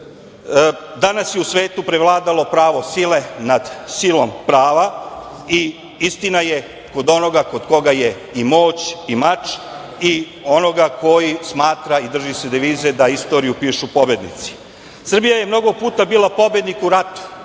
je u svetu prevladalo pravo sile nad silom prava. Istina je kod onoga kod koga je i moć i mač i onoga koji smatra i drži se devize da istoriju pišu pobednici. Srbija je mnogo puta bila pobednik u ratu,